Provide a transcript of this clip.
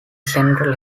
central